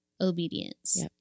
obedience